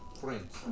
friends